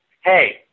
hey